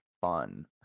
fun